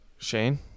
Shane